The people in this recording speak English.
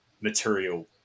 material